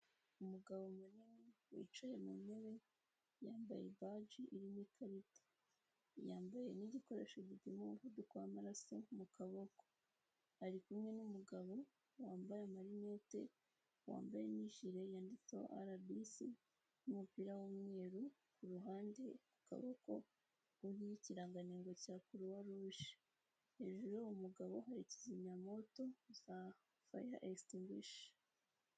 Umugabo wicaye mu ntebe yambaye baji irimo ikarita yambaye n'igikoresho gipima umuvuduko w'amaraso mu kaboko, ari kumwe n'umugabo wambaye amarinete wambaye n'ijiri yanditseho arabisi n'umupira w'umweru iruhande ku kaboko hariho ikirangantego cya kuruwa ruje hejuru y'uwo mugabo hari kizimyamoto za faya egisitingwishi.